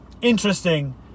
interesting